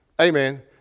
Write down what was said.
amen